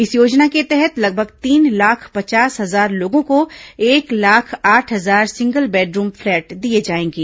इस योजना के तहत लगभग तीन लाख पचास हजार लोगों को एक लाख आठ हजार सिंगल बेडरूम फ्लैट दिए जाएंगे